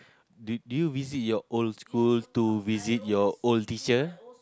do do you visit your old school to visit your old teacher